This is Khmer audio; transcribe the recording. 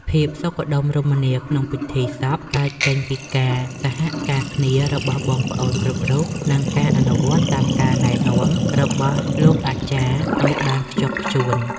ភាពសុខដុមរមនាក្នុងពិធីសពកើតចេញពីការសហការគ្នារបស់បងប្អូនគ្រប់រូប និង ការអនុវត្តតាមការណែនាំរបស់លោកអាចារ្យឱ្យបានខ្ជាប់ខ្ជួន។